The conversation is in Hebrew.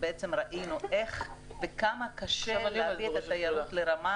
וראינו כמה קשה להביא את התיירות לרמה